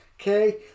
Okay